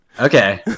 Okay